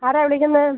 ആരാണ് വിളിക്കുന്നത്